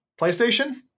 PlayStation